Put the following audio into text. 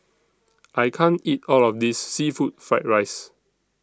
I can't eat All of This Seafood Fried Rice